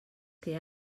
que